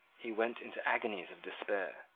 he went into agonies of despair,